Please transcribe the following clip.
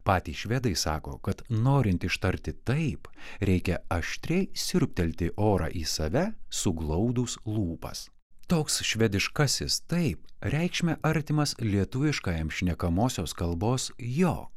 patys švedai sako kad norint ištarti taip reikia aštriai siurbtelti orą į save suglaudus lūpas toks švediškasis taip reikšme artimas lietuviškajam šnekamosios kalbos jo